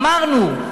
אמרנו,